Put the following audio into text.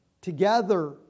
together